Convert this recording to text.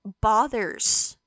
bothers